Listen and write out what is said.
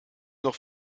noch